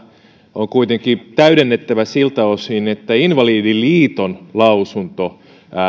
on kuitenkin täydennettävä siltä osin että invalidiliiton lausunto